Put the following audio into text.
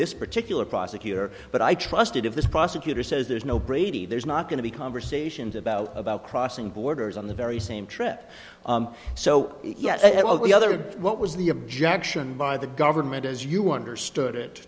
this particular prosecutor but i trusted if this prosecutor says there's no brady there's not going to be conversations about about crossing borders on the very same trip so yes well the other what was the objection by the government as you understood it